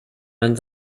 man